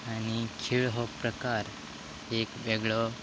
आनी खेळ हो प्रकार एक वेगळो